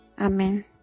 Amen